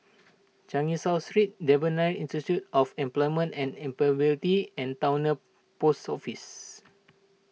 Changi South Street Devan Nair Institute of Employment and Employability and Towner Post Office